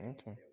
Okay